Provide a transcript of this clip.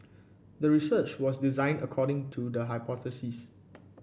the research was designed according to the hypothesis